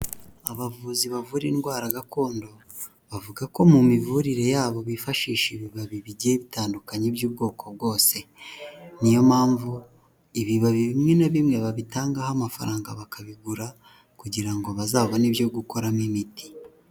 Abavuzi bavura indwara gakondo, bavuga ko mu mivurire yabo bifashisha ibibabi bigiye bitandukanye by'ubwoko bwose, niyo mpamvu ibibabi bimwe na bimwe babitangaho amafaranga bakabigura, kugira ngo bazabone ibyo gukoramo imiti.